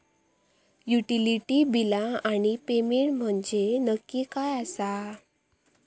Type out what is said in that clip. Utility बिला आणि payment म्हंजे नक्की काय आसा?